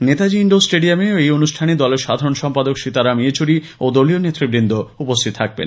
Netaji indoor স্টেডিয়ামে ঐ অনুষ্ঠানে দলের সাধারণ সম্পাদক সীতারাম ইয়েচুরি ও দলীয় নেতৃবন্দ উপস্থিত থাকবেন